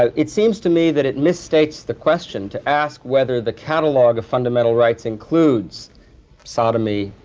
it seems to me that it misstates the question to ask whether the catalog of fundamental rights includes sodomy,